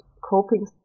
coping